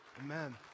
Amen